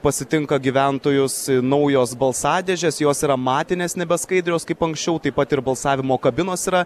pasitinka gyventojus naujos balsadėžės jos yra matinės nebe skaidrios kaip anksčiau taip pat ir balsavimo kabinos yra